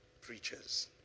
preachers